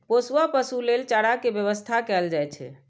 पोसुआ पशु लेल चारा के व्यवस्था कैल जाइ छै